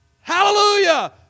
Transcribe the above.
Hallelujah